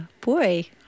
boy